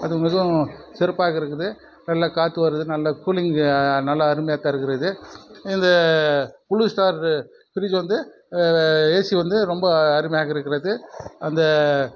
அது மிகவும் சிறப்பாக இருக்குது நல்லா காற்று வருது நல்ல கூலிங்கு நல்லா அருமையாக தருகிறது இந்த ப்ளூ ஸ்டாரு பிரிட்ஜு வந்து ஏசி வந்து ரொம்ப அருமையாக இருக்கிறது அந்த